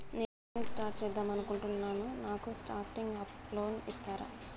నేను business start చేద్దామనుకుంటున్నాను నాకు స్టార్టింగ్ అప్ లోన్ ఇస్తారా?